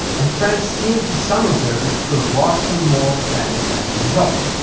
and france seemed to some observers to have lost some moral standing as a result.